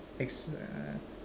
ex